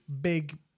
big